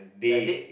you're dead